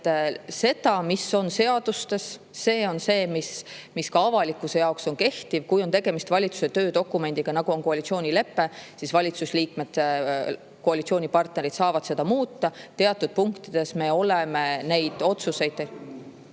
See, mis on seadustes, on see, mis on ka avalikkuse jaoks kehtiv. Kui on tegemist valitsuse töödokumendiga, nagu on koalitsioonilepe, siis valitsuse liikmed, koalitsioonipartnerid saavad seda muuta. Teatud punktides me oleme neid otsuseid